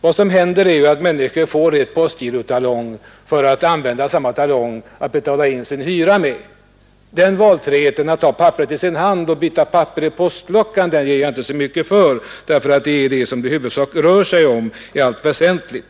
Vad som händer är ju att människor får pengar på en postgirotalong för att betala in sin hyra med. Valfriheten att få byta papper i postluckan ger jag inte så mycket för. Och det är ju den saken det rör sig om i allt väsentligt.